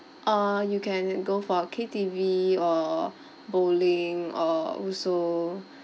err you can go for K_T_V or bowling or also